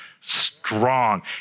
strong